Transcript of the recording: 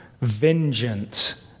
vengeance